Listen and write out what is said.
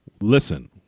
Listen